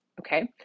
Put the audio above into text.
Okay